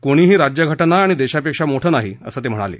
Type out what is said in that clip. कुणीही राज्यघाज्ञा आणि देशापेक्षा मोठं नाही असं ते म्हणाले